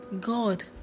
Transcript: God